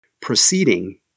proceeding